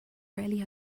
rarely